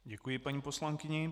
Děkuji paní poslankyni.